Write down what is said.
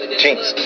jeans